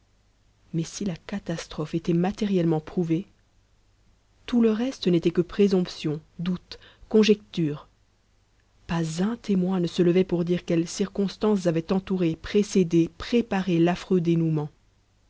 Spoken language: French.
mais si la catastrophe était matériellement prouvée tout le reste n'était que présomptions doutes conjectures pas un témoin ne se levait pour dire quelles circonstances avaient entouré précédé préparé l'affreux dénoûment